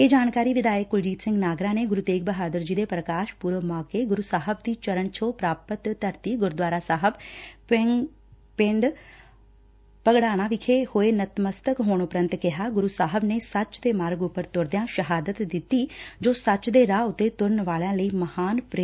ਇਹ ਜਾਣਕਾਰੀ ਵਿਧਾਇਕ ਕੁਲਜੀਤ ਸਿੰਘ ਨਾਗਰਾ ਨੇ ਗੁਰੂ ਤੇਗ਼ ਬਹਾਦਰ ਜੀ ਦੇ ਪ੍ਰਕਾਸ਼ ਪੁਰਬ ਮੌਕੇ ਗੁਰੁ ਸਾਹਿਬ ਦੀ ਚਰਨਛੋਹ ਪ੍ਰਾਪਤ ਧਰਤੀ ਗੁਰਦੂਆਰਾ ਸਾਹਿਬ ਪੰੰਡ ਭਗੜਾਣਾ ਵਿਖੇ ਹੋਏ ਨਤਮਸਤਕ ਹੋਣ ਉਪਰੰਤ ਕਿਹਾ ਕਿ ਗੁਰੁ ਸਾਹਿਬ ਨੇ ਸੱਚ ਦੇ ਮਾਰਗ ਉੱਪਰ ਤੁਰਦਿਆਂ ਸ਼ਹਾਦਤ ਦਿੱਤੀ ਜੋ ਸੱਚ ਦੇ ਰਾਹ ਉੱਤੇ ਤੁਰਨ ਵਾਲਿਆਂ ਲੱਈ ਮਹਾਨ ਪ੍ਰੇਰਨਾ ਏ